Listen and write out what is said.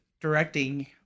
directing